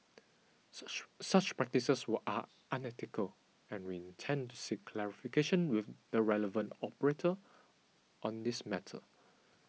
such practices are unethical and we intend to seek clarification with the relevant operator on this matter